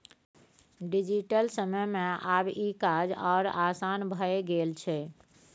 digital समय मे आब ई काज आओर आसान भए गेल छै